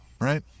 right